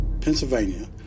Pennsylvania